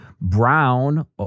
brown